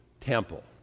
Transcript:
temple